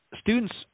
students